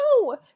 no